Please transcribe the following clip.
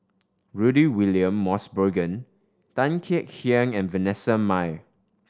Rudy William Mosbergen Tan Kek Hiang and Vanessa Mae